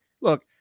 Look